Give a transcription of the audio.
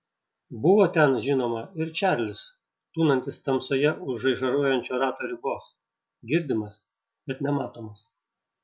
buvo ten žinoma ir čarlis tūnantis tamsoje už žaižaruojančio rato ribos girdimas bet nematomas